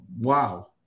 Wow